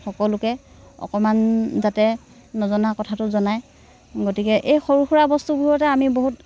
সকলোকে অকণমান যাতে নজনা কথাটো জনায় গতিকে এই সৰু সুৰা বস্তুবোৰতে আমি বহুত